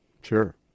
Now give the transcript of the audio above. Sure